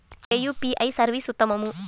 ఏ UPI service ఉత్తమము?